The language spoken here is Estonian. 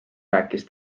rääkis